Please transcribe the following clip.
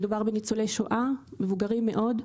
מדובר בניצולי שואה מבוגרים מאוד,